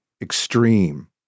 extreme